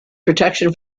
protection